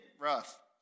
rough